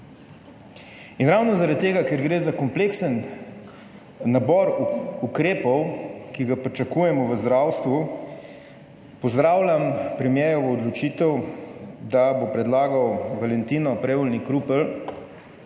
In ravno, zaradi tega, ker gre za kompleksen nabor ukrepov, ki ga pričakujemo v zdravstvu, pozdravljam premierjevo odločitev, da bo predlagal Valentino Prevolnik Rupel